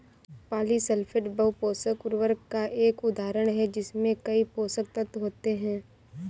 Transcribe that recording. polysulphate बहु पोषक उर्वरक का एक उदाहरण है जिसमें कई पोषक तत्व होते हैं